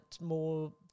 more